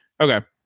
okay